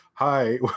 hi